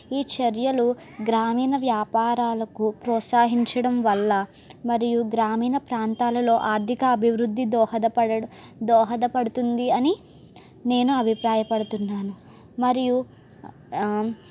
ఈ చర్యలు గ్రామీణ వ్యాపారాలకు ప్రోత్సహించడం వల్ల మరియు గ్రామీణ ప్రాంతాలలో ఆర్థిక అభివృద్ధి దోహదపడటం దోహదపడుతుంది అని నేను అభిప్రాయపడుతున్నాను మరియు